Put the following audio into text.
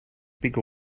bigger